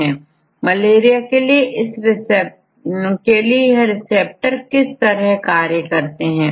और मलेरिया के लिए यह रिसेप्टर किस तरह कार्य करताहै